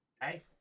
hey